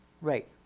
right